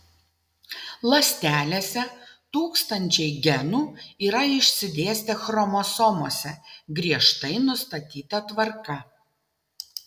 ląstelėse tūkstančiai genų yra išsidėstę chromosomose griežtai nustatyta tvarka